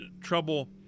trouble